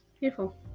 Beautiful